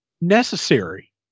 necessary